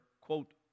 quote